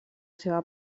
seva